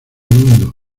mundo